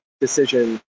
decision